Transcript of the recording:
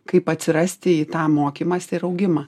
kaip atsirasti į tą mokymąsi ir augimą